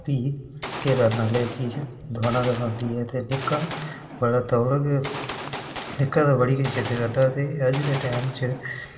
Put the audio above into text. फ्ही केह् करना ते चीज़ दबाना ते पौंदी ऐ ते निक्का बड़ा तौल गै ते निक्का बड़ी गै जिद्द करदा ते अज्ज दे टैम च